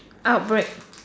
outbreak